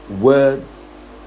words